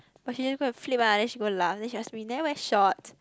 but then she go and flip lah then she go laugh then she ask me never wear short